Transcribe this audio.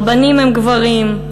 רבנים הם גברים,